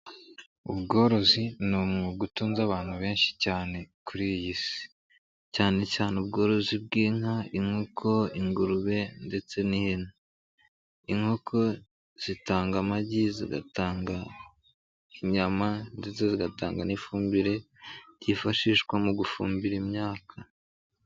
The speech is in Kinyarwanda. Ubworozi n'umwuga utunze abantu benshi cyane kuri iyi si, cyane cyane ubworozi bw'inka, inkoko, ingurube ndetse n'ihene. Inkoko zitanga amagi, zigatanga inyama ndetse zigatanga n'ifumbire yifashishwa mu gufumbira imyaka.